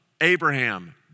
Abraham